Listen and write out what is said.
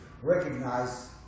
recognize